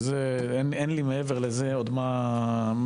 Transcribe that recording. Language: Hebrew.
אין לי מעבר לזה עוד מה להוסיף.